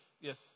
Yes